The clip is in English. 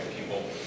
people